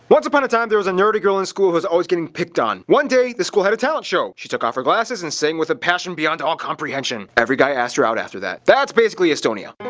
once upon a time, there was a nerdy girl in school who was always getting picked on. one day, the school had a talent show. she took off her glasses, and sang with a passion beyond all comprehension. every guy asked her out after that. that's basically estonia.